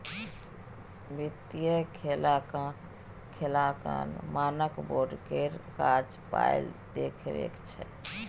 वित्तीय लेखांकन मानक बोर्ड केर काज पायक देखरेख छै